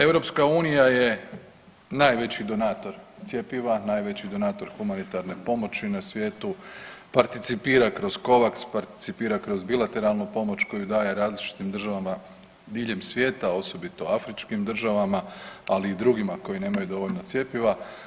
EU je najveći donator cjepiva, najveći donator humanitarne pomoći na svijetu, participira kroz … [[Govornik se ne razumije]] participira kroz bilateralnu pomoć koju daje različitim državama diljem svijeta, osobito afričkim državama, ali i drugima koji nemaju dovoljno cjepiva.